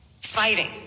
fighting